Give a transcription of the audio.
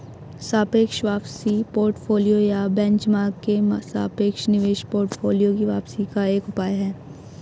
सापेक्ष वापसी पोर्टफोलियो या बेंचमार्क के सापेक्ष निवेश पोर्टफोलियो की वापसी का एक उपाय है